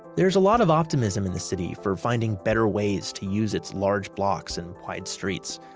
there's a lot of optimism in the city for finding better ways to use its large blocks and wide streets,